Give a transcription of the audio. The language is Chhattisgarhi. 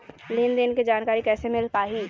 लेन देन के जानकारी कैसे मिल पाही?